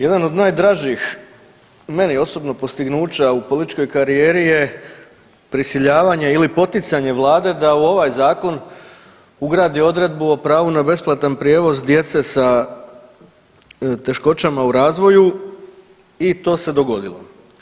Jedan od najdražih meni osobno postignuća u političkoj karijeri je prisiljavanje ili poticanje vlade da u ovaj zakon ugradi odredbu o pravu na besplatan prijevoz djece sa teškoćama u razvoju i to se dogodilo.